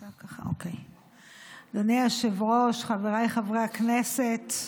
אדוני היושב-ראש, חבריי חברי הכנסת,